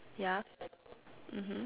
yeah mmhmm